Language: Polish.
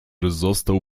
został